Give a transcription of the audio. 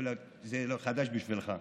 זה לא חדש בשבילך.